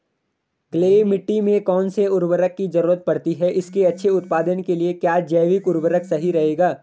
Clay मिट्टी में कौन से उर्वरक की जरूरत पड़ती है इसके अच्छे उत्पादन के लिए क्या जैविक उर्वरक सही रहेगा?